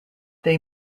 they